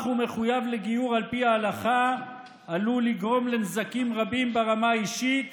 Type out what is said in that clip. ומחויב לגיור על פי ההלכה עלול לגרום לנזקים רבים ברמה האישית